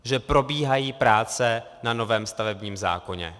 Že probíhají práce na novém stavebním zákoně.